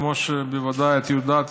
כמו שבוודאי את יודעת,